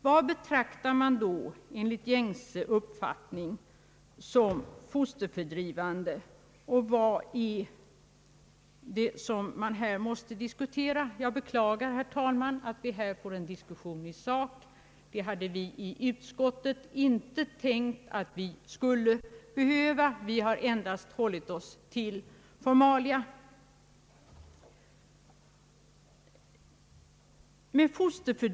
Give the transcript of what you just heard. Vad betraktas då enligt gängse uppfattning som fosterfördrivande? Vad är det som man här måste diskutera? Jag beklagar, herr talman, att vi nu får en diskussion i sak — det hade vi i utskottet inte räknat med, utan vi har uteslutande hållit oss till de formella aspekterna.